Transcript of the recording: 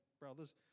brothers